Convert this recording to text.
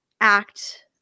act